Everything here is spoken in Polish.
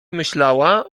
myślała